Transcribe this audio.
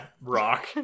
rock